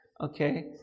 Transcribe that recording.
Okay